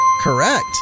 Correct